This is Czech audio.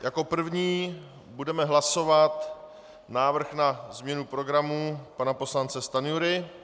Jako první budeme hlasovat návrh na změnu programu pana poslance Stanjury.